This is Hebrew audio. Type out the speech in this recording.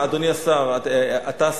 אדוני השר, אתה יודע מה?